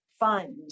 fund